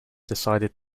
decided